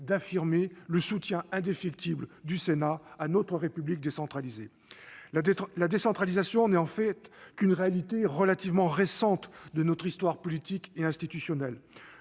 d'affirmer le soutien indéfectible du Sénat à notre République décentralisée. La décentralisation n'est en fait qu'une réalité relativement récente de notre histoire politique et institutionnelle.